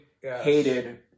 hated